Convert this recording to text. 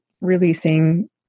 releasing